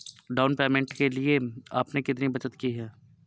Down payment के लिए आपने कितनी बचत की है?